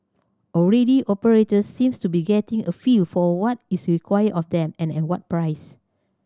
already operator seems to be getting a feel for what is required of them and what price